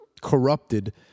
corrupted